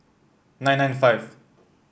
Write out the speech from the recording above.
nine nine five